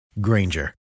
Granger